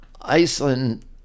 Iceland